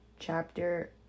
chapter